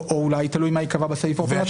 או אולי תלוי מה ייקבע בסעיף האופרטיבי?